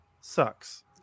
sucks